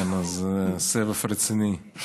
כן, אז סבב רציני.